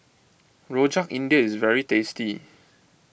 Rojak India is very tasty